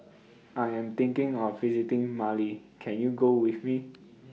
I Am thinking of visiting Mali Can YOU Go with Me